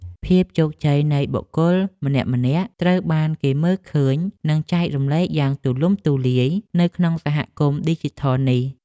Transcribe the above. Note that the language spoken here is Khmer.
ភាពជោគជ័យនៃបុគ្គលម្នាក់ៗត្រូវបានគេមើលឃើញ និងចែករំលែកយ៉ាងទូលំទូលាយនៅក្នុងសហគមន៍ឌីជីថលនេះ។